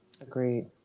Agreed